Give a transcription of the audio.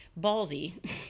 ballsy